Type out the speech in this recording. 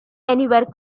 anywhere